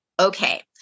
okay